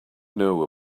know